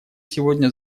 сегодня